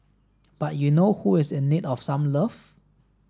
but you know who is in need of some love